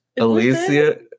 Alicia